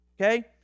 Okay